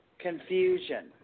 Confusion